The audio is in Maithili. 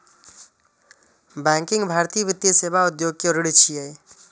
बैंकिंग भारतीय वित्तीय सेवा उद्योग के रीढ़ छियै